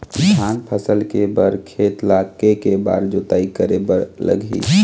धान फसल के बर खेत ला के के बार जोताई करे बर लगही?